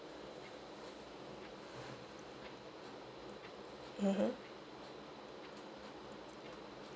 mmhmm